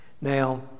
Now